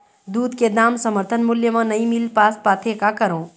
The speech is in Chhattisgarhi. दूध के दाम समर्थन मूल्य म नई मील पास पाथे, का करों?